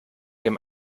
dem